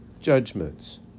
judgments